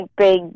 big